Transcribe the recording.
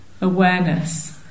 Awareness